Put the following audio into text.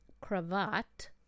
cravat